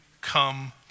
come